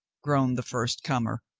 groaned the first comer,